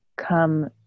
Come